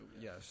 Yes